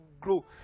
grow